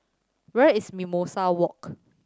where is Mimosa Walk